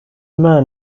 man